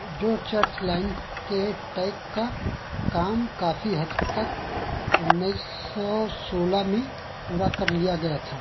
George church line के track का काम काफी हद तक उन्नीस सौ सोलह में पूरा कर लिया गया था